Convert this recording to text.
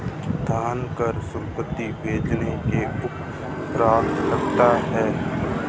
धनकर संपत्ति बेचने के उपरांत लगता है